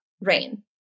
rain